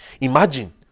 imagine